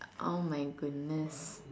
oh my goodness